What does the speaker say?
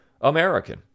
American